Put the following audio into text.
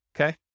Okay